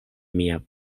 mia